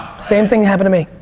same thing happened to me.